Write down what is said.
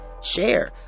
share